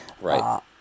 Right